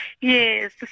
Yes